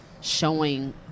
showing